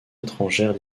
étrangères